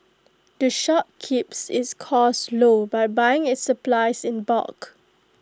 the shop keeps its cost low by buying its supplies in bulk